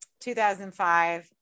2005